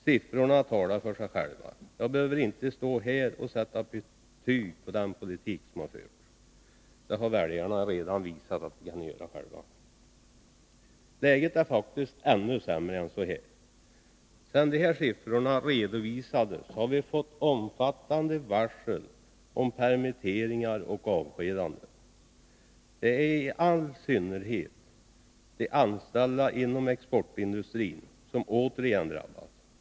Siffrorna talar för sig själva. Jag behöver inte stå här och sätta betyg på den politik som förts — det har väljarna redan visat att de kan göra själva. Läget är faktiskt ännu sämre. Sedan dessa siffror redovisades har vi fått omfattande varsel om permitteringar och avskedanden. Det är i all synnerhet de anställda inom exportindustrin som återigen drabbas.